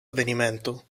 avvenimento